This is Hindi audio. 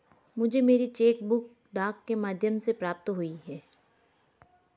मुझे मेरी चेक बुक डाक के माध्यम से प्राप्त हुई है